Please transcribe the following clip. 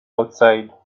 outside